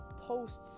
posts